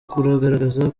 kugaragaza